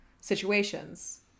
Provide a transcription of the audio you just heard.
situations